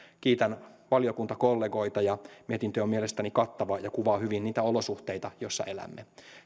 kiitän valiokuntakollegoita mietintö on mielestäni kattava ja kuvaa hyvin niitä olosuhteita joissa elämme